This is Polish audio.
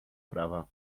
prawa